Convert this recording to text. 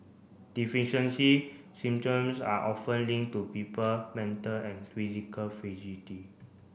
deficiency syndromes are often linked to people mental and physical